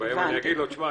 שבהם אני אגיד לו: תשמע,